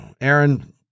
Aaron